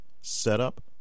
setup